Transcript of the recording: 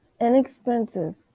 Inexpensive